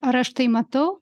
ar aš tai matau